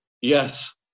yes